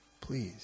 Please